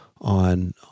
on